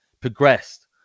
progressed